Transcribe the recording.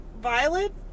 Violet